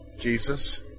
Jesus